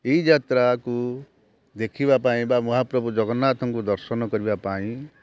ଏଇ ଯାତ୍ରାକୁ ଦେଖିବା ପାଇଁ ବା ମହାପ୍ରଭୁ ଜଗନ୍ନାଥଙ୍କୁ ଦର୍ଶନ କରିବା ପାଇଁ